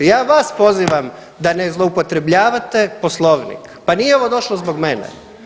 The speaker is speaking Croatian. Ja vas pozivam da ne zloupotrebljavate Poslovnik, pa nije ovo došlo zbog mene.